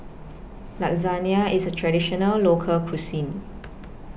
Lasagna IS A Traditional Local Cuisine